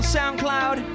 SoundCloud